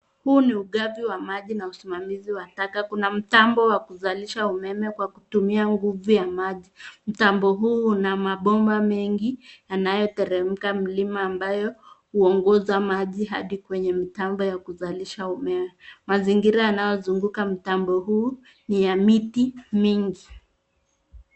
Huu ni ugavi wa maji na usimamizi wa taka. Kuna mtambo wa kuzalisha umeme kwa kutumia nguvu ya maji. Mtambo huu una mabomba mengi yanayoteremka mlima ambayo huongoza maji hadi kwenye mitambo ya kuzalisha umeme. Mazingira yanayozunguka mtambo huu ni ya miti mingi.